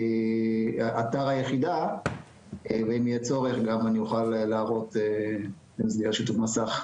אתר היחידה ואם יהיה צורך גם אני אוכל להראות במסגרת שיתוף מסך.